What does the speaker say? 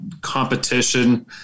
competition